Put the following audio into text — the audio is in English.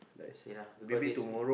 you see lah you got this week